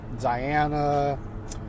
Diana